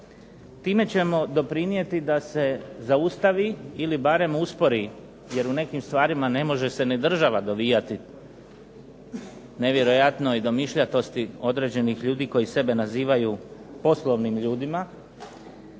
Time ćemo doprinijeti da se zaustavi ili barem uspori, jer u nekim stvarima ne može se ni država dovijati nevjerojatnoj domišljatosti određenih ljudi koji sebe nazivaju poslovnim ljudima.